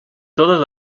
todas